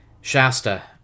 Shasta